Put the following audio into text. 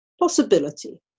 Possibility